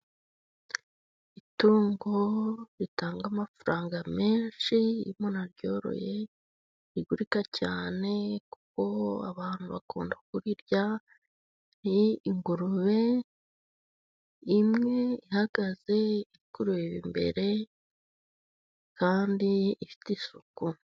Itungo ritanga amafaranga menshi, iyo umuntu aryoroye, rigurika cyane kuko abantu bakunda kurirya. Ni ingurube imwe ihagaze iri kureba imbere, kandi ifite isuku.